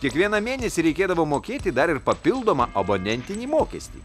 kiekvieną mėnesį reikėdavo mokėti dar ir papildomą abonentinį mokestį